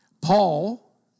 Paul